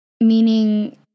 meaning